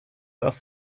auch